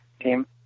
team